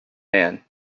man